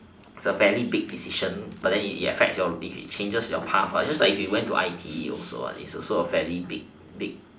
it's a fairly big decision but then it affects your it changes your path it's just like if you went to I_T_E also what it's also a fairly big big